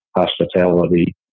hospitality